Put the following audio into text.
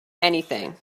anything